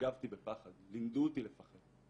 הגבתי בפחד, לימדו אותי לפחד.